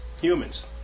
humans